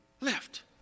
left